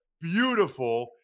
Beautiful